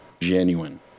genuine